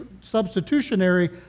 substitutionary